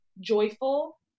joyful